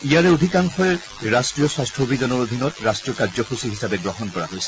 ইয়াৰে অধিকাংশই ৰাষ্ট্ৰীয় স্বাস্থ্য অভিযানৰ অধীনত ৰাষ্ট্ৰীয় কাৰ্যসূচী হিচাপে গ্ৰহণ কৰা হৈছে